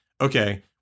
okay